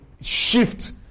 shift